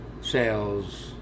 sales